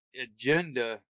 agenda